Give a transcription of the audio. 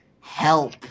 help